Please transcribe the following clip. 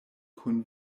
kun